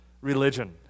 religion